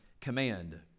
command